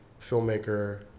filmmaker